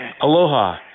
Aloha